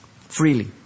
freely